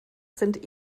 sind